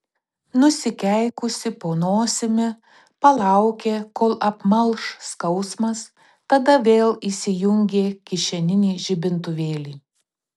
nusikeikusi po nosimi palaukė kol apmalš skausmas tada vėl įsijungė kišeninį žibintuvėlį